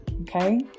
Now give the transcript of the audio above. okay